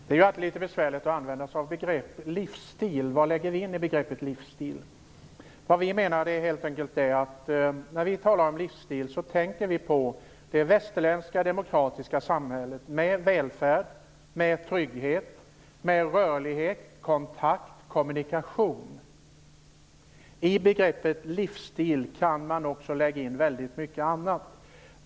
Fru talman! Det är alltid litet besvärligt att som begrepp använda livsstil. Vad lägger vi in i begreppet livsstil? När vi talar om livsstil tänker vi på det västerländska demokratiska samhället med välfärd, trygghet, rörlighet, kontakt och kommunikation. I begreppet livsstil kan man också lägga in väldigt mycket annat.